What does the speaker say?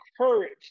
courage